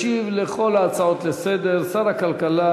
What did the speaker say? ישיב על כל ההצעות לסדר שר הכלכלה,